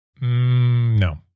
No